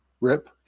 Rip